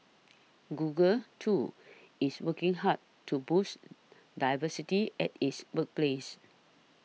Google too is working hard to boost diversity at its workplace